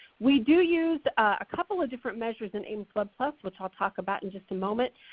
we do use a couple of different measures in aimswebplus which i'll talk about in just a moment.